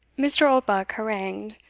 mr. oldbuck harangued,